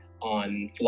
on